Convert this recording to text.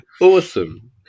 Awesome